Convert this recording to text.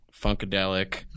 Funkadelic